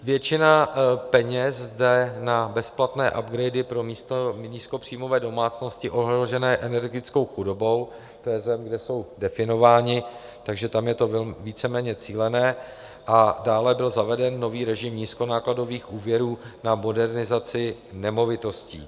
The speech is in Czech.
Většina peněz jde na bezplatné upgrady pro nízkopříjmové domácnosti ohrožené energetickou chudobou to je země, kde jsou definováni, takže tam je to víceméně cílené a dále byl zaveden nový režim nízkonákladových úvěrů na modernizaci nemovitostí.